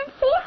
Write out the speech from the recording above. see